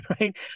right